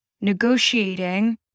negotiating